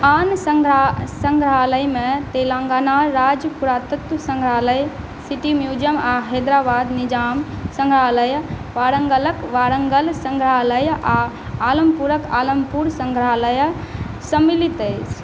आन सङ्ग्रहालयमे तेलङ्गाना राज्य पुरातत्व सङ्ग्रहालय सिटी म्यूजियम आ हैदराबाद निजाम सङ्ग्रहालय वारङ्गलक वारङ्गल सङ्ग्रहालय आ आलमपुरक आलमपुर सङ्ग्रहालय सम्मिलित अछि